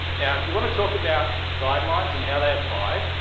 yeah if you want to talk about guidelines and how they apply,